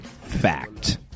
Fact